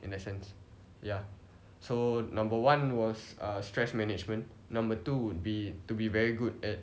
in that sense ya so number one was err stress management number two would be to be very good at